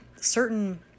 certain